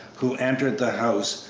who entered the house,